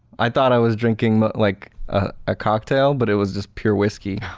i thought i was drinking like a cocktail but it was just pure whiskey.